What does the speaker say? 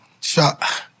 Shot